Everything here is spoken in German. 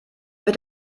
wird